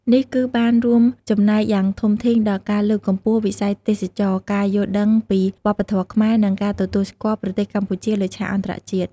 នេះគឺបានរួមចំណែកយ៉ាងធំធេងដល់ការលើកកម្ពស់វិស័យទេសចរណ៍ ការយល់ដឹងពីវប្បធម៌ខ្មែរ និងការទទួលស្គាល់ប្រទេសកម្ពុជាលើឆាកអន្តរជាតិ។